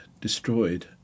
destroyed